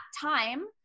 time